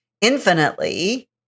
infinitely